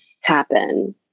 happen